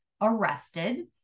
arrested